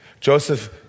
Joseph